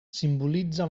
simbolitza